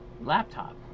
laptop